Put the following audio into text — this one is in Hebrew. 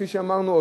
כפי שאמרנו,